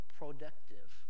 productive